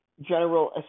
general